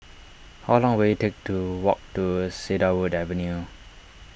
how long will it take to walk to Cedarwood Avenue